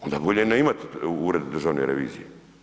Onda bolje ne imati Ured državne revizije.